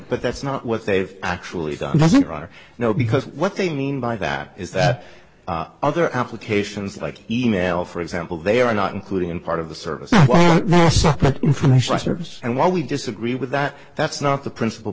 but that's not what they've actually done you know because what they mean by that is that other applications like email for example they are not including in part of the service information service and what we disagree with that that's not the principal